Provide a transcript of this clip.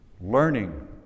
learning